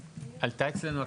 עלתה אצלנו השאלה,